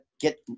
get